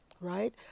right